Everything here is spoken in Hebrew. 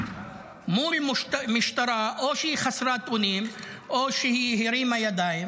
מול משטרה שאו שהיא חסרת אונים או שהיא הרימה ידיים,